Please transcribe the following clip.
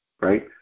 right